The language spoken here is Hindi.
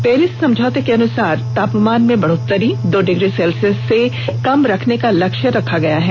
पेरिस समझौते के अनुसार तापमान में बढ़ोत्तरी दो डिग्री सेल्सियस से कम रखने का लक्ष्य तय किया गया है